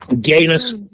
Gayness